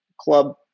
club